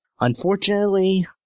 Unfortunately